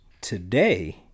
Today